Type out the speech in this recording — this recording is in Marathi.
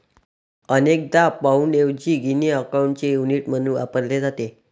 अनेकदा पाउंडऐवजी गिनी अकाउंटचे युनिट म्हणून वापरले जाते